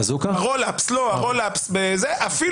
רול אפס לא הבאתי,